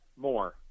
more